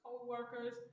co-workers